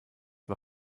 war